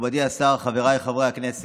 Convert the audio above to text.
מכובדי השר, חבריי חברי הכנסת,